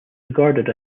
regarded